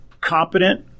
competent